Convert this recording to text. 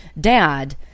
dad